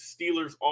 Steelers